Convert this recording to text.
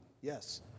Yes